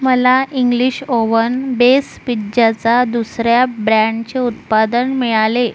मला English oven base पिज्जाचा दुसर्या ब्रँडचे उत्पादन मिळाले